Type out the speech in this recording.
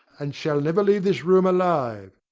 and shall never leave this room alive.